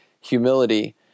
humility